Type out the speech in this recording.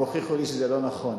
הם הוכיחו לי שזה לא נכון.